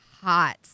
hot